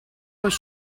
was